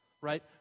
right